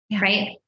right